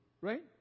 right